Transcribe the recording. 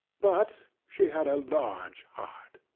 but she had a large heart!